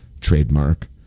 trademark